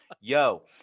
Yo